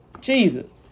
Jesus